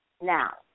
Now